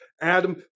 Adam